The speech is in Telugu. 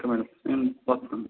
ఓకే మేడం నేను వస్తాను